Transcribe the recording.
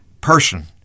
person